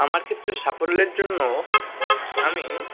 আমার ক্ষেত্রে সাফল্যের জন্য আমি